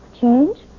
Change